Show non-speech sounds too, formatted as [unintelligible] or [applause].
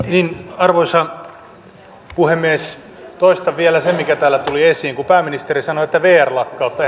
arvoisa puhemies toistan vielä sen mikä täällä tuli esiin pääministeri sanoi että vr lakkauttaa [unintelligible]